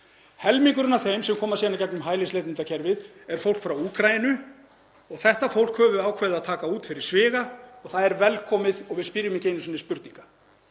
Helmingurinn af þeim sem koma síðan í gegnum hælisleitendakerfið er fólk frá Úkraínu. Þetta fólk höfum við ákveðið að taka út fyrir sviga. Það er velkomið og við spyrjum ekki einu sinni spurninga.